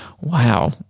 wow